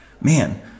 man